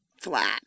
flat